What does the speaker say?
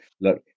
look